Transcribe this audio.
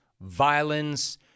violence